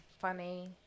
Funny